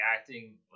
acting